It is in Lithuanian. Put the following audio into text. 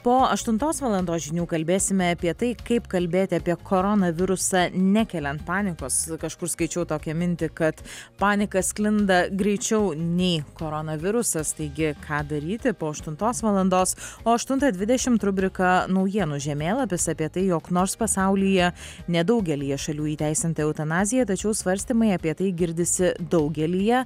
po aštuntos valandos žinių kalbėsime apie tai kaip kalbėti apie koronavirusą nekeliant panikos kažkur skaičiau tokią mintį kad panika sklinda greičiau nei koronavirusas taigi ką daryti po aštuntos valandos o aštuntą dvidešimt rubrika naujienų žemėlapis apie tai jog nors pasaulyje nedaugelyje šalių įteisinta eutanazija tačiau svarstymai apie tai girdisi daugelyje